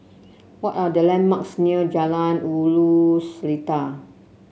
what are the landmarks near Jalan Ulu Seletar